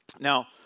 Now